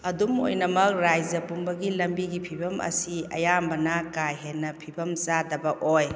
ꯑꯗꯨꯝ ꯑꯣꯏꯅꯃꯛ ꯔꯖ꯭ꯌꯥ ꯄꯨꯝꯕꯒꯤ ꯂꯝꯕꯤꯒꯤ ꯐꯤꯚꯝ ꯑꯁꯤ ꯑꯌꯥꯝꯕꯅ ꯀꯥ ꯍꯦꯟꯅ ꯐꯤꯚꯝ ꯆꯥꯗꯕ ꯑꯣꯏ